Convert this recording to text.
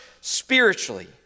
spiritually